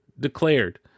declared